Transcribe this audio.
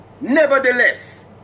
nevertheless